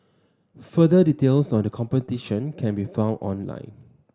further details on the competition can be found online